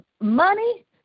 money